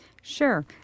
Sure